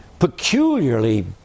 peculiarly